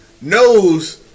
knows